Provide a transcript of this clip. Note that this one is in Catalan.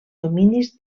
dominis